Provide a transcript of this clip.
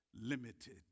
limited